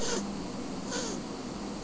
জমিতে কাসকেড কেন দেবো?